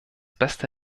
beste